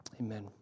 Amen